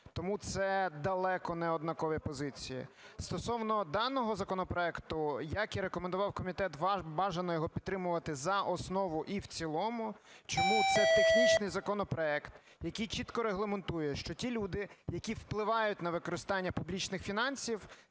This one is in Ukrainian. Тому це далеко неоднакові позиції. Стосовно даного законопроекту. Як і рекомендував комітет, бажано його підтримувати за основу і в цілому. Чому? Це технічний законопроект, який чітко регламентує, що ті люди, які впливають на використання публічних фінансів